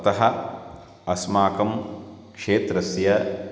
अतः अस्माकं क्षेत्रस्य